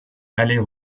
aller